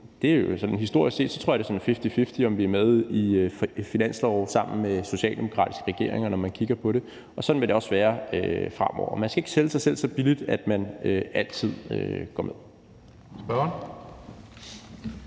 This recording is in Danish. det sådan historisk set er fifty-fifty, om vi er med i finanslove sammen med socialdemokratiske regeringer, når man kigger på det, og sådan vil det også være fremover. Man skal ikke sælge sig selv så billigt, at man altid går med. Kl.